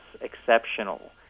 exceptional